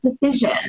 decision